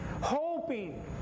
hoping